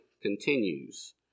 continues